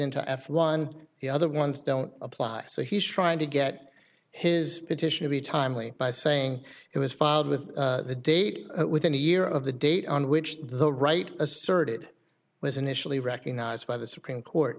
into f one the other ones don't apply so he's trying to get his petition to be timely by saying it was filed with the date within a year of the date on which the right asserted was initially recognized by the supreme court